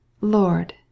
Lord